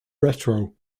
retro